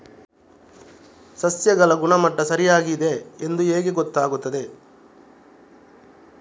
ಸಸ್ಯಗಳ ಗುಣಮಟ್ಟ ಸರಿಯಾಗಿ ಇದೆ ಎಂದು ಹೇಗೆ ಗೊತ್ತು ಆಗುತ್ತದೆ?